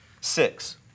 six